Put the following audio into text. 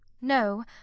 no